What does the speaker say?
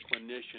clinician